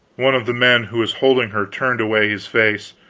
one of the men who was holding her turned away his face,